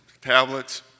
tablets